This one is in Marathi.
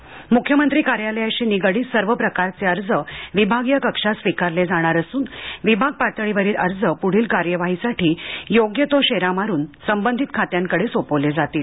म्ख्यमंत्री कार्यालयाशी निगडित सर्व प्रकारचे अर्ज विभागीय कक्षात स्वीकारले जाणार असून विभाग पातळीवरील अर्ज पूढील कार्यवाहीसाठी योग्य तो शेरा मारून संबंधित खात्यांकडे सोपवले जातील